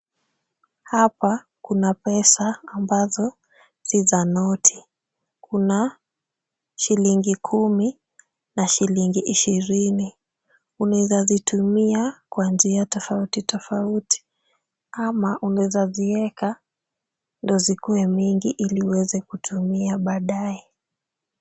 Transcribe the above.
Hapa, kuna pesa ambazo ni za noti. Kuna shilingi kumi na shilingi ishirini, unaweza kutumia kwa njia tofauti tofauti ama unaweza ziweka ndio zikuwe mingi ili uweze kutumia baadaye.